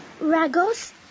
Ragos